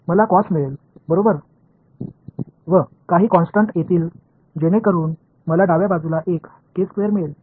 मला कॉस मिळेल बरोबर व काही कॉन्टस्टंट्स येतील जेणेकरून मला डाव्या बाजूला एक मिळेल